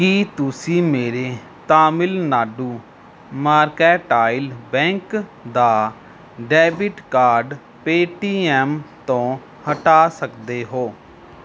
ਕੀ ਤੁਸੀਂਂ ਮੇਰੇ Tamilnad Mercantile Bank ਦਾ ਡੈਬਿਟ ਕਾਰਡ ਪੇਟੀਐੱਮ ਤੋਂ ਹਟਾ ਸਕਦੇ ਹੋ